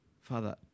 Father